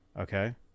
Okay